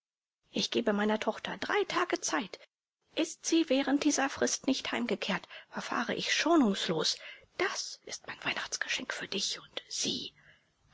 ich gebe meiner tochter drei tage zeit ist sie während dieser frist nicht heimgekehrt verfahre ich schonungslos das ist mein weihnachtsgeschenk für dich und sie